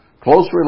close